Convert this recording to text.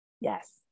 Yes